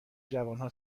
جوانها